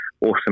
awesome